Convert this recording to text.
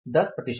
10 प्रतिशत